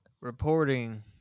reporting